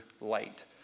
light